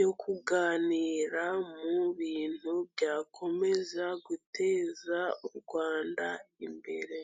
yo kuganira mu bintu byakomeza guteza u Rwanda imbere.